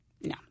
No